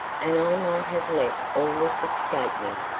and i might have let all this escape me,